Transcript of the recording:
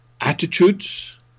attitudes